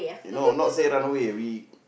you know not say run away we